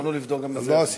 יכולנו לבדוק, אבל לא עשיתי.